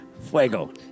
Fuego